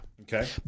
Okay